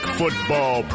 football